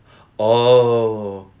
oh